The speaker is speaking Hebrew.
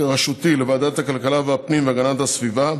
לוועדות הכלכלה והפנים והגנת הסביבה,